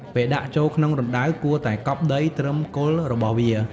ពេលដាក់ចូលរណ្តៅ គួរតែកប់ដីត្រឹមគល់របស់វា។